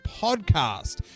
podcast